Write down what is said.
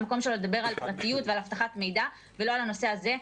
המקום שלו זה לדבר על פרטיות ועל אבטחת מידע ולא על הנושא הזה.